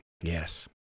yes